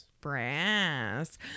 Brass